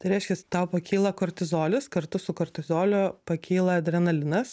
tai reiškias tau pakyla kortizolis kartu su kortizoliu pakyla adrenalinas